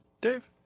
Dave